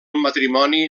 matrimoni